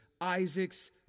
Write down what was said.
Isaac's